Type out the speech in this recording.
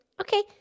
Okay